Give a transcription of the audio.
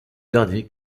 dernier